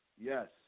Yes